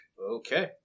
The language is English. Okay